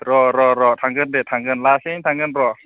र' र' र' थांगोन दे थांगोन लासैनो थांगोन र'